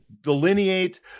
delineate